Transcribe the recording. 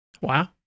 Wow